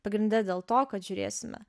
pagrinde dėl to kad žiūrėsime